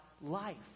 life